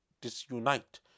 disunite